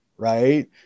Right